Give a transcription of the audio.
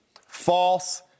false